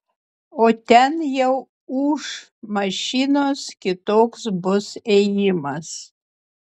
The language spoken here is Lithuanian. o ten jau ūš mašinos kitoks bus ėjimas